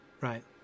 right